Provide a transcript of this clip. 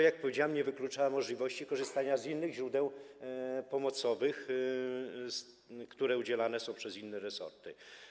Jak powiedziałem, nie wyklucza to możliwości korzystania z innych źródeł pomocowych, z pomocy udzielanej przez inne resorty.